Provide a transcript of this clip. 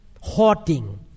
Hoarding